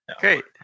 Great